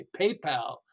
PayPal